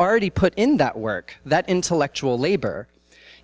already put in that work that intellectual labor